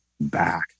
back